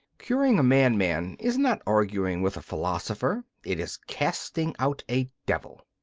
curing a madman is not arguing with a philosopher it is casting out a devil.